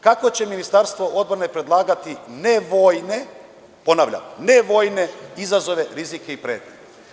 Kako će Ministarstvo odbrane predlagati nevojne, ponavljam nevojne izazove, rizike i pretnje?